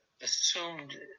assumed